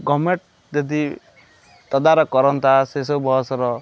government ଯଦି ତଦାରଖ କରନ୍ତା ସେ ସବୁ ବସ୍ର